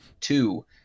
two